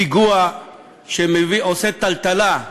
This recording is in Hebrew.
פיגוע שעושה טלטלה,